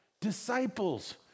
disciples